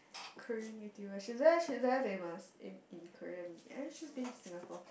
Korean YouTuber she's very she's very famous in in Korean and she's been Singapore